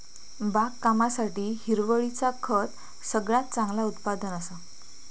बागकामासाठी हिरवळीचा खत सगळ्यात चांगला उत्पादन असा